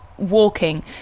Walking